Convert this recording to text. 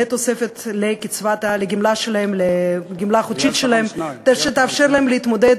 לתוספת לגמלה החודשית שלהם שתאפשר להם להתמודד